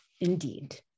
Indeed